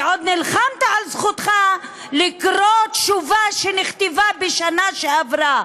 ועוד נלחמת על זכותך לקרוא תשובה שנכתבה בשנה שעברה.